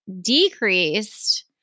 decreased